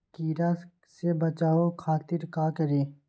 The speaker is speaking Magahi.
कीरा से बचाओ खातिर का करी?